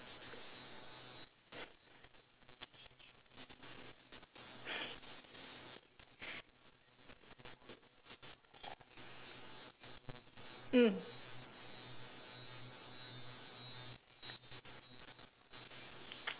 mm